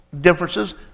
differences